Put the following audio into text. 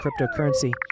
cryptocurrency